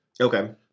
Okay